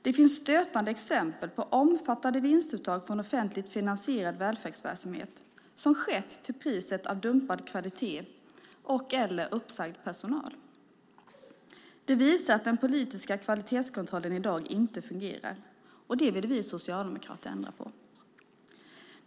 Det finns stötande exempel på omfattande vinstuttag från en offentligt finansierad välfärdsverksamhet som har skett till priset av dumpad kvalitet eller uppsagd personal. Det här visar att den politiska kvalitetskontrollen i dag inte fungerar, och det vill vi socialdemokrater ändra på.